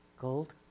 Gold